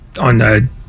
on